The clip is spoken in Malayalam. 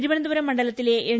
തിരുവനന്തപുരം മണ്ഡലത്തിലെ എൻ